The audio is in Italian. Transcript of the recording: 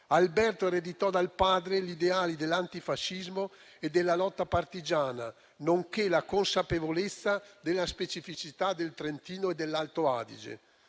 Alberto ereditò dal padre gli ideali dell'antifascismo e della lotta partigiana, nonché la consapevolezza della specificità del Trentino e dell'Alto Adige.